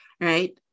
right